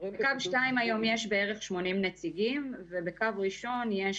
בקו 2 יש היום בערך 80 נציגים ובקו ראשון יש